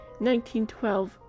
1912